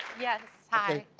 yes, hi.